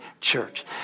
church